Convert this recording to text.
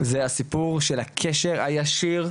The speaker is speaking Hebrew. זה הסיפור של הקשר הישיר,